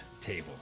Table